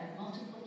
multiple